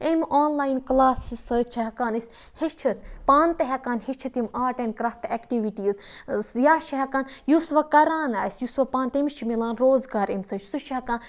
أمۍ online class سۭتۍ چھِ ہٮ۪کان أسۍ ہیٚچھِتھ پانہٕ تہِ ہٮ۪کان ہیٚچھِتھ یِم آٹ اینٛڈ کرٛافٹ اٮ۪کٹٕوِٹیٖز یا چھِ ہٮ۪کان یُس وۄنۍ کَران آسہِ یُس وۄنۍ پانہٕ تٔمِس چھِ مِلان روزگار اَمہِ سۭتۍ سُہ چھِ ہٮ۪کان